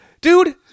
Dude